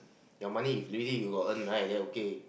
your money if really you got earn right then okay